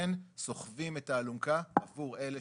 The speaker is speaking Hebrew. אכן סוחבים את האלונקה עבור אלה